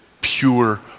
pure